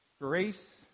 grace